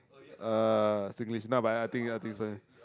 uh Singlish not but I think I think it's fine